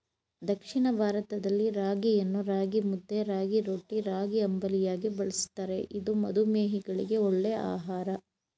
ದಕ್ಷಿಣ ಭಾರತದಲ್ಲಿ ರಾಗಿಯನ್ನು ರಾಗಿಮುದ್ದೆ, ರಾಗಿರೊಟ್ಟಿ, ರಾಗಿಅಂಬಲಿಯಾಗಿ ಬಳ್ಸತ್ತರೆ ಇದು ಮಧುಮೇಹಿಗಳಿಗೆ ಒಳ್ಳೆ ಆಹಾರ